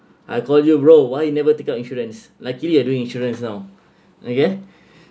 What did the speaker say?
I called you bro why you never take up insurance luckily I'm doing insurance now okay